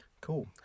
Cool